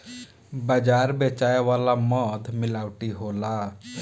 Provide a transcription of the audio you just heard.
बाजार बेचाए वाला मध मिलावटी होला